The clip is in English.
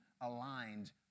aligned